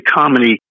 comedy